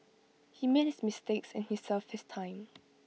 he made his mistakes and he served his time